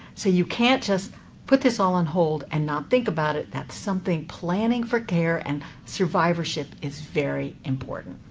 so you can't just put this all on hold and not think about it. that's something, planning for care and survivorship is very important.